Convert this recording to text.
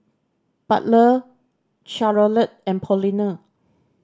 butler Charolette and Paulina